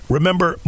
Remember